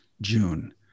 June